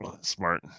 Smart